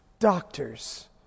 Doctors